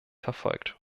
verfolgt